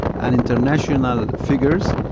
an international figures,